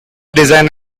design